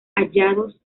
hallados